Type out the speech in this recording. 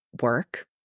work